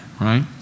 right